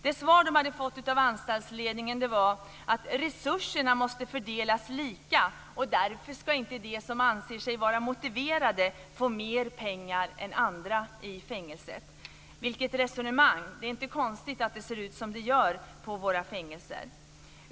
Det svar som de hade fått från anstaltsledningen var att resurserna måste fördelas lika och att de som anser sig vara motiverade därför inte ska få mer pengar än andra i fängelset. Vilket resonemang! Det är inte konstigt att det ser ut som det gör på våra fängelser.